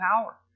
power